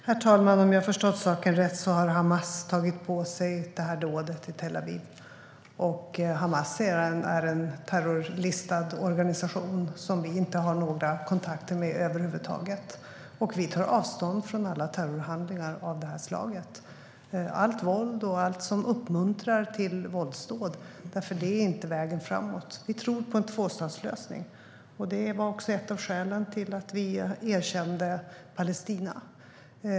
Herr talman! Om jag förstått saken rätt har Hamas tagit på sig dådet i Tel Aviv, och Hamas är en terrorlistad organisation som vi inte har några kontakter med över huvud taget. Vi tar avstånd från alla terrorhandlingar av det här slaget, allt våld och allt som uppmuntrar till våldsdåd. Det är inte vägen framåt. Vi tror på en tvåstatslösning. Det var också ett av skälen till att vi erkände Palestina.